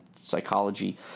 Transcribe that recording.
psychology